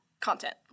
content